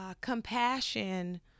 compassion